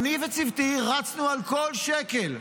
אני וצוותי רצנו על כל שקל,